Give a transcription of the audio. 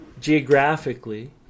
geographically